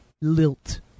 lilt